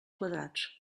quadrats